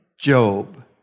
Job